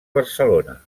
barcelona